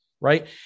Right